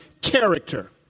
character